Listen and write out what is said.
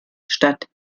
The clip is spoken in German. stadt